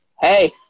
Hey